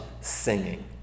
singing